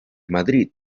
madrid